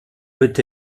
peut